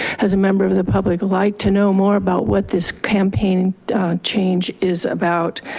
as a member of the public, like to know more about what this campaign change is about.